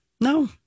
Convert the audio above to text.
no